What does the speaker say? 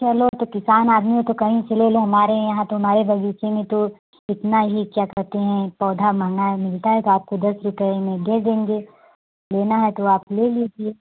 चलो तो किसान आदमी हो तो कहीं से ले लो हमारे यहाँ तो हमारे बगीचे में तो इतना ही क्या कहते हैं पौधा महंगा मिलता है तो आपको दस रुपए में दे देंगे लेना है तो आप ले लीजिए